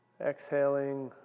exhaling